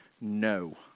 no